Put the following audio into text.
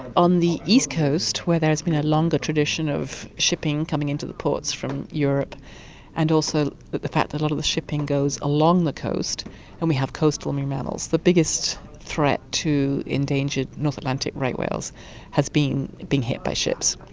on the east coast where there has been a longer tradition of shipping coming into the ports from europe and also the the fact that a lot of the shipping goes along the coast and we have coastal marine um yeah mammals, the biggest threat to endangered north atlantic right whales has been being hit by ships.